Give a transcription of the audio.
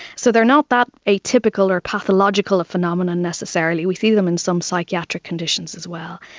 so they are not that atypical or pathological a phenomena necessarily. we see them in some psychiatric conditions as well.